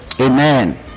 amen